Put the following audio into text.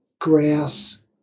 Grass